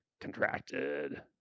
contracted